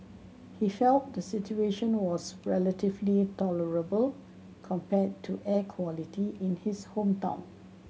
he felt the situation was relatively tolerable compared to air quality in his hometown